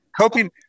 coping